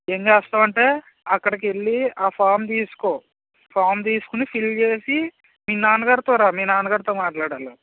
ఏం చేస్తావంటే అక్కడికి వెళ్ళీ ఆ ఫార్మ్ తీసుకో ఫార్మ్ తీసుకుని ఫిల్ చేసి మీ నాన్నగారితో రా మీ నాన్నగారితో మాట్లాడాలి